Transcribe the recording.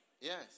Yes